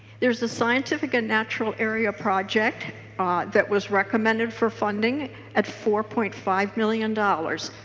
there is a scientific and natural area project ah that was recommended for funding at four point five million dollars.